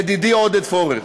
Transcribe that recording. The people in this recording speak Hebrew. ידידי עודד פורר,